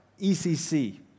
ECC